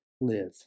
live